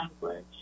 language